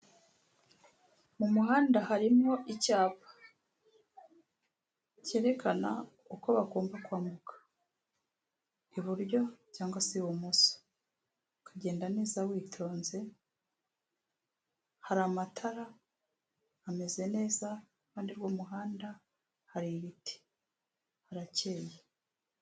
Mu muhanda harimo icyapa cyerekana uko bagomba kwambuka, iburyo cyangwa se ibumoso ukagenda neza witonze hari amatara ameze neza iruhande rw'umuhanda hari ibiti harakeyeye.